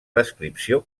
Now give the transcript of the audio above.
descripció